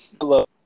Hello